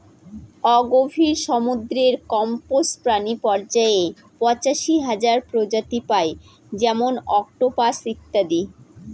অগভীর সমুদ্রের কম্বজ প্রাণী পর্যায়ে পঁচাশি হাজার প্রজাতি পাই যেমন অক্টোপাস ইত্যাদি